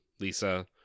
Lisa